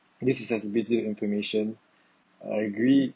this is sensitive information I agree